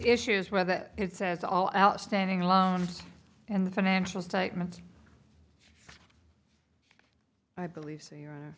issues whether it says all outstanding loans and the financial statements i believe so you